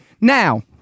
Now